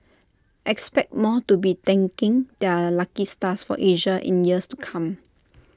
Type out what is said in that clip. expect more to be thanking their lucky stars for Asia in years to come